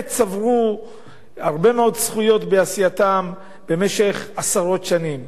צברו הרבה מאוד זכויות בעשייתם במשך עשרות שנים,